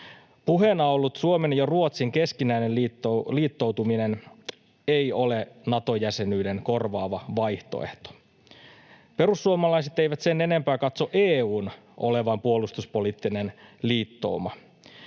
Puheena ollut Suomen ja Ruotsin keskinäinen liittoutuminen ei ole Nato-jäsenyyden korvaava vaihtoehto. Perussuomalaiset eivät sen enempää katso EU:n olevan puolustuspoliittinen liittouma.